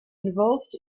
involved